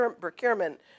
procurement